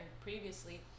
previously